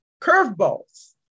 curveballs